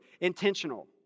intentional